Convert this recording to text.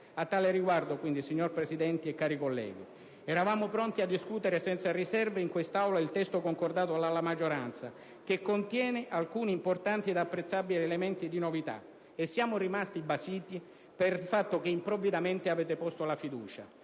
le indagini. Signor Presidente e cari colleghi, eravamo pronti a discutere senza riserve in quest'Aula il testo concordato dalla maggioranza, che contiene alcuni importanti ed apprezzabili elementi di novità, e siamo rimasti basiti per il fatto che improvvidamente avete posto la fiducia.